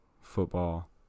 football